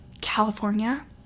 California